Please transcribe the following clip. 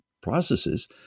processes